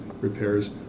repairs